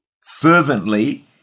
fervently